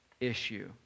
issue